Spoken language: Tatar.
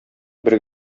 бер